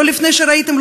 לא לפני שראיתם,